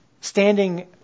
standing